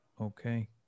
Okay